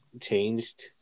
changed